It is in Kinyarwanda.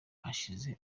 hashize